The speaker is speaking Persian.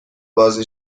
بازی